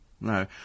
no